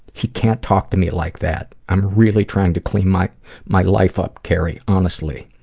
he can't talk to me like that. i'm really trying to clean my my life up, kerry. honestly.